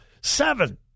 seven